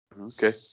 Okay